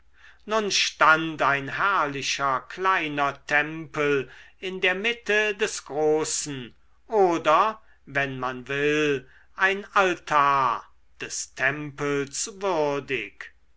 nun stand ein herrlicher kleiner tempel in der mitte des großen oder wenn man will ein altar des tempels würdig